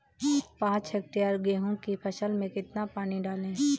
पाँच हेक्टेयर गेहूँ की फसल में कितना पानी डालें?